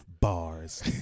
bars